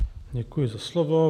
Děkuji za slovo.